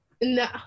no